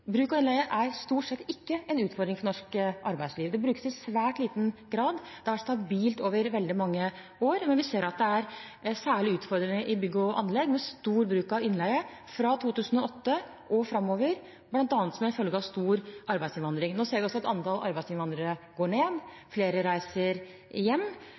for norsk arbeidsliv. Det brukes i svært liten grad. Det har vært stabilt over veldig mange år. Men vi ser at det er en særlig utfordring i bygg og anlegg med stor bruk av innleie fra 2008 og framover bl.a. som en følge av stor arbeidsinnvandring. Nå ser vi også at antall arbeidsinnvandrere går ned, flere reiser hjem,